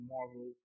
Marvel